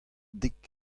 dek